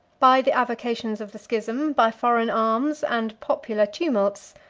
by the avocations of the schism by foreign arms, and popular tumults,